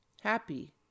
happy